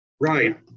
Right